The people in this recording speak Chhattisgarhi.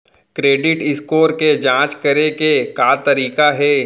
क्रेडिट स्कोर के जाँच करे के का तरीका हे?